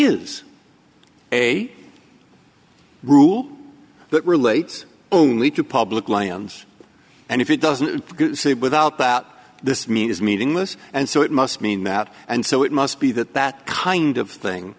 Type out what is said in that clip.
is a rule that relates only to public lands and if it doesn't say without doubt this meat is meaningless and so it must mean that and so it must be that that kind of thing